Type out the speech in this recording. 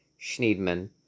Schneidman